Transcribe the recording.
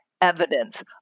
evidence